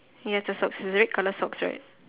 ya it's a socks is red colour socks right